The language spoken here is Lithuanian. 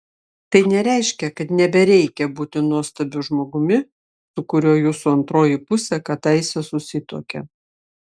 tai nereiškia kad nebereikia būti nuostabiu žmogumi su kuriuo jūsų antroji pusė kadaise susituokė